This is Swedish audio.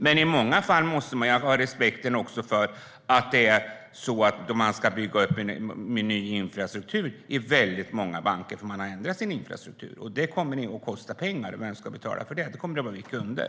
Men man måste också ha respekt för att många banker ska bygga upp ny infrastruktur för att de har ändrat sin infrastruktur. Det kommer att kosta pengar, och vem ska betala för det? Det kommer att vara vi kunder.